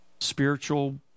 spiritual